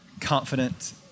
confident